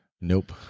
nope